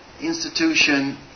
institution